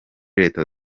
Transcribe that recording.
leta